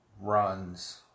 runs